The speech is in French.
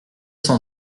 cent